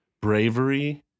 bravery